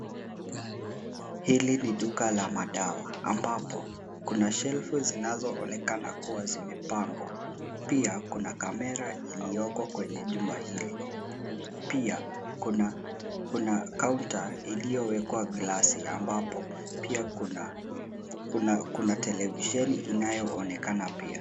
Hili ni duka la madawa ambapo kuna shelfu zinazoonekana kuwa zimepangwa pia kuna kamera iliyoko kwenye jumba hili pia kuna kaunta iliyowekwa glasi ambapo pia kuna televisheni inayoonekana pia.